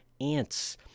ants